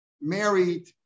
married